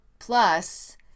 Plus